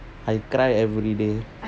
I cry every day